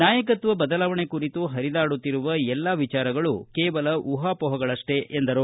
ನಾಯಕತ್ವ ಬದಲಾವಣೆ ಕುರಿತು ಹರಿದಾಡುತ್ತಿರುವ ಎಲ್ಲಾ ವಿಚಾರಗಳು ಕೇವಲ ಊಹಾಪೋಹಗಳಷ್ಟೇ ಎಂದರು